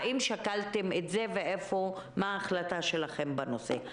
האם שקלתם את זה ומה החלטתכם בנושא?